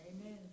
Amen